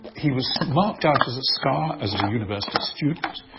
he was marked out as a star, as as a university student.